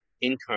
incarnate